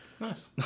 nice